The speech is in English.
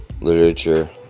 literature